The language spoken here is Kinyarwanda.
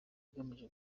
agamije